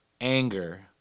anger